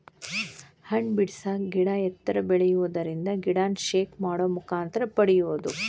ಹಣ್ಣ ಬಿಡಸಾಕ ಗಿಡಾ ಎತ್ತರ ಬೆಳಿಯುದರಿಂದ ಗಿಡಾನ ಶೇಕ್ ಮಾಡು ಮುಖಾಂತರ ಪಡಿಯುದು